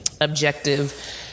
objective